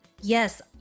Yes